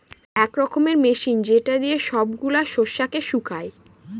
এক রকমের মেশিন যেটা দিয়ে সব গুলা শস্যকে শুকায়